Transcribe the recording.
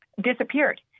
disappeared